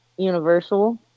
Universal